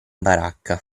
baracca